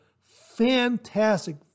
fantastic